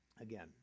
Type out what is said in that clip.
again